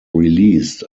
released